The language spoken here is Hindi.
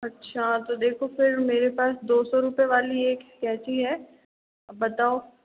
अच्छा तो देखो फिर मेरे पास दो सौ रुपए वाली एक कैंची है अब बताओ